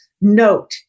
note